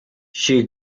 she